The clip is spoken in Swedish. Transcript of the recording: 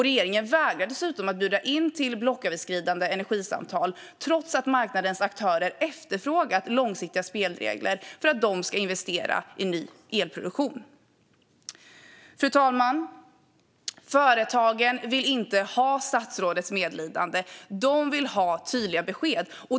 Regeringen vägrar dessutom att bjuda in till blocköverskridande energisamtal, trots att marknadens aktörer efterfrågat långsiktiga spelregler för att de ska investera i ny elproduktion. Fru talman! Företagen vill inte ha statsrådets medlidande, utan de vill ha tydliga besked.